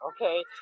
okay